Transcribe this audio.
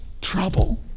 trouble